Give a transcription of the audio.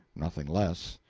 nothing less.